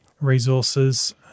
resources